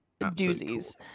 doozies